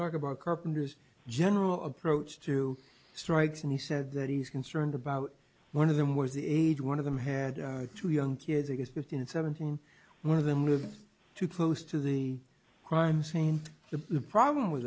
talk about carpenter's general approach to strikes and he said that he's concerned about one of them was the age one of them had two young kids against it in seventeen one of them live too close to the crime scene the problem